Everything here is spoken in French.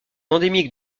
endémique